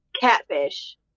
catfish